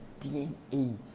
DNA